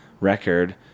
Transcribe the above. record